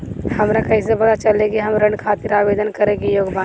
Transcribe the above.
हमरा कईसे पता चली कि हम ऋण खातिर आवेदन करे के योग्य बानी?